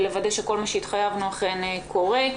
ולוודא שכל מה שהתחייבנו אכן קורה.